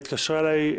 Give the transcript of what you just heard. התקשרה אליי.